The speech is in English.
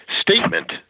statement